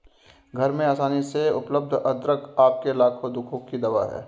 घर में आसानी से उपलब्ध अदरक आपके लाखों दुखों की दवा है